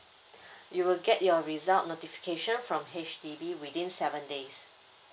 you will get your result notification from H_D_B within seven days